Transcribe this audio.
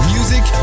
Music